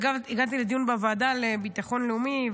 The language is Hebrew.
הגעתי לדיון בוועדה לביטחון לאומי,